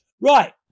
right